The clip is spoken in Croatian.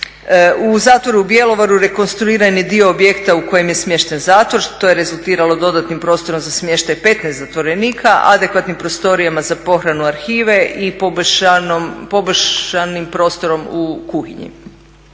U zatvoru u Bjelovaru rekonstruiran je dio objekta u kojem je smješten zatvor što je rezultiralo dodatnim prostorom za smještaj 15 zatvorenika, adekvatnim prostorijama za pohranu arhive i poboljšanim prostorom u kuhinji.